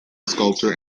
sculptor